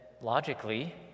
logically